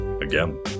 again